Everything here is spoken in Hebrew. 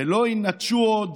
ולא ינתשו עוד